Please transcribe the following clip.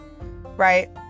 right